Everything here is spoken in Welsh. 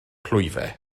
clwyfau